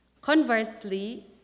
Conversely